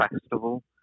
festival